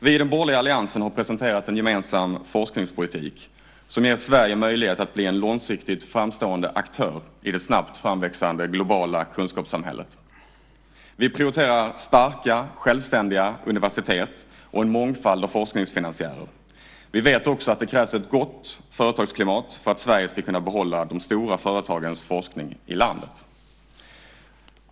Vi i den borgerliga alliansen har presenterat en gemensam forskningspolitik som ger Sverige möjlighet att bli en långsiktigt framstående aktör i det snabbt framväxande globala kunskapssamhället. Vi prioriterar starka självständiga universitet och en mångfald av forskningsfinansiärer. Vi vet också att det krävs ett gott företagsklimat för att Sverige ska kunna behålla de stora företagens forskning i landet.